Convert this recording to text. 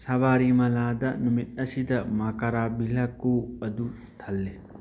ꯁꯕꯥꯔꯤꯃꯂꯥꯗ ꯅꯨꯃꯤꯠ ꯑꯁꯤꯗ ꯃꯀꯥꯔꯥꯚꯤꯂꯛꯀꯨ ꯑꯗꯨ ꯊꯜꯂꯤ